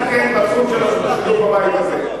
אני הכי זקן בתחום של רשות השידור בבית הזה,